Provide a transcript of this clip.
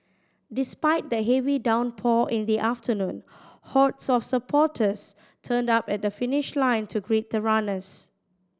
despite the heavy downpour in the afternoon hordes of supporters turned up at the finish line to greet the runners